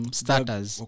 starters